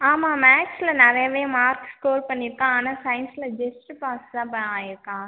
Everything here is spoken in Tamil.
ஆமாம் மேக்ஸ்சில் நிறையாவே மார்க் ஸ்கோர் பண்ணியிருக்கான் ஆனால் சயின்ஸ்சில் ஜஸ்ட்டு பாஸ் தான்ப்பா ஆகிருக்கான்